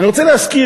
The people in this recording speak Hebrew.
אני רוצה להזכיר,